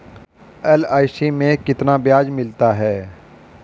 LIC में कितना ब्याज मिलता है?